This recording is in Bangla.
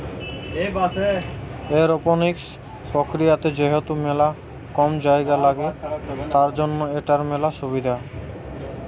এরওপনিক্স প্রক্রিয়াতে যেহেতু মেলা কম জায়গা লাগে, তার জন্য এটার মেলা সুবিধা